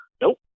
nope